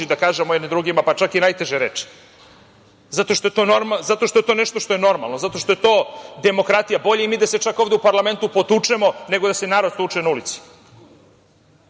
da kažemo jedni drugima čak i najteže reči. Zato što je to nešto što je normalno, zato što je to demokratija. Bolje mi da se čak ovde u parlamentu potučemo, nego da se narod tuče na ulici. Mi